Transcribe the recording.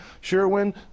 Sherwin